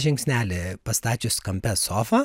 žingsnelį pastačius kampe sofą